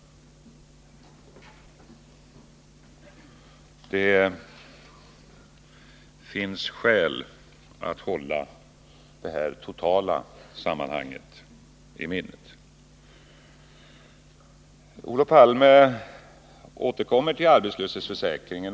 Det finns skäl för att hålla det totala sammanhanget i minnet. Olof Palme återkommer till arbetslöshetsförsäkringen.